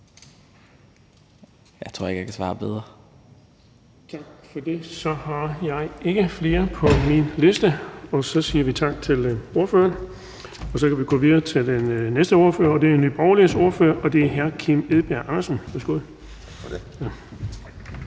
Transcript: Jeg tror ikke, jeg kan svare bedre. Kl. 17:37 Den fg. formand (Erling Bonnesen): Så har jeg ikke flere på min liste, og så siger vi tak til ordføreren. Så kan vi gå videre til den næste ordfører, og det er Nye Borgerliges ordfører, hr. Kim Edberg Andersen. Værsgo.